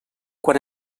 quan